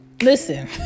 Listen